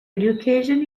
education